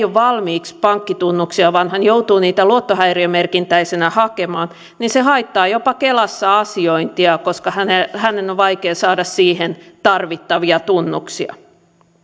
ole valmiiksi pankkitunnuksia vaan hän joutuu niitä luottohäiriömerkintäisenä hakemaan niin se haittaa jopa kelassa asiointia koska hänen hänen on vaikea saada siihen tarvittavia tunnuksia